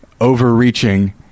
overreaching